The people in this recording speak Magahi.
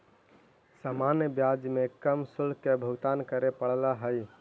सामान्य ब्याज में कम शुल्क के भुगतान करे पड़ऽ हई